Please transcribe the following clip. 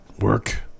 work